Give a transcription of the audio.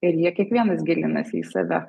ir jie kiekvienas gilinasi į save